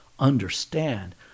understand